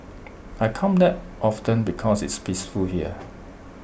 I come back often because it's peaceful here